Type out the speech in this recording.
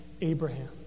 Abraham